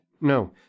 No